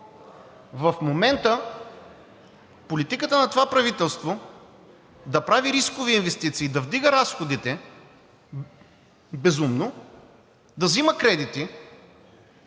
В момента политиката на това правителство да прави рискови инвестиции, да вдига разходите безумно, да взима кредити